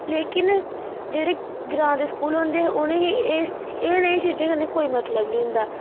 लेकिन जेह्ड़े ग्रां दे स्कूल होंदे उनेंगी एह् इयै नेईं चीजें कन्नै कोई मतलब नी होंदा